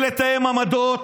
לתאם עמדות